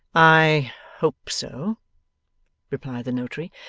i hope so replied the notary.